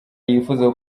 yifuza